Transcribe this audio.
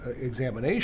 examination